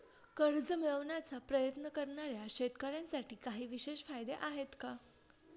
कर्ज मिळवण्याचा प्रयत्न करणाऱ्या शेतकऱ्यांसाठी काही विशेष फायदे आहेत का?